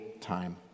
time